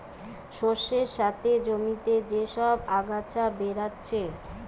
শস্যের সাথে জমিতে যে সব আগাছা বেরাচ্ছে